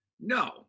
No